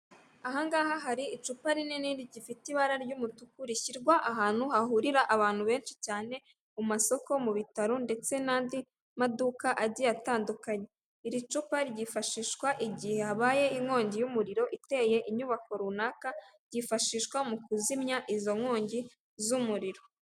Ahangaha hari icupa rinini rifite ibara ry'umutuku rishyirwa ahantu hahurira abantu benshi cyane mu masoko mu bitaro ndetse n'andi maduka agiye atandukanye iri cupa ryifashishwa igihe habaye inkongi y'umuriro iteye inyubako runaka ryifashishwa mu kuzimya izo nkongi z'umuriro .